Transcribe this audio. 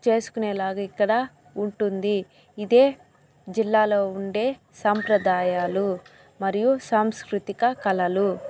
చేసుకునేలాగా ఇక్కడ ఉంటుంది ఇదే జిల్లాలో ఉండే సంప్రదాయాలు మరియు సాంస్కృతిక కళలు